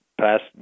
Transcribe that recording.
past